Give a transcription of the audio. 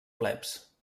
plebs